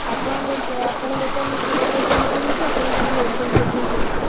ଆପଣ ଆପଣ ଦୋକାନରୁ କ୍ଷୀର ନେଇକି ଏମିତି ହେଇଛି ଆପଣ ତାହେଲେ ମେଡ଼ିସିନ୍ ଫେଡ଼ିସିନ୍ ଦେବେ